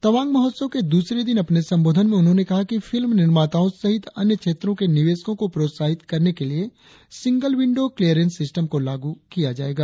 तवांग महोत्सव के द्रसरे दिन अपने संबोधन में उन्होंने कहा कि फिल्म निर्माताओं सहित अन्य क्षेत्रों के निवशकों को प्रोत्साहित करने के लिए सिंगल विंन्डों क्लियरेंस सिस्टम को लागू किया जायेगा